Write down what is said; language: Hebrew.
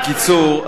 בקיצור,